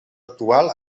actual